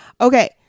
Okay